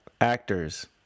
actors